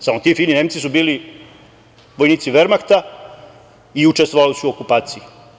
Samo, ti fini Nemci su bili vojnici Vermahta i učestvovali u okupaciji.